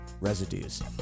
Residues